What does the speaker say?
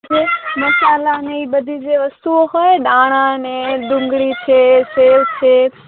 મસાલાને એ બધી જે વસ્તુઓ હોય દાણાને ડુંગળી છે સેવ છે